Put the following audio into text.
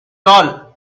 all